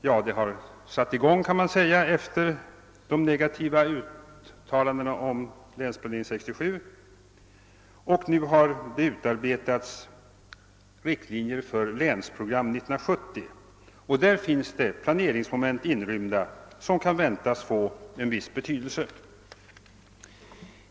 Man kan säga att det satte i gång efter de negativa uttalandena om länsplanering 67, och nu har det utarbetats riktlinjer för länsprogram 70. Där finns inrymda planeringsmoment vilka kan tänkas få en viss betydelse.